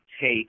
take